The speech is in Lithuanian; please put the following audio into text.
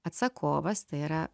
atsakovas tai yra